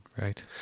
right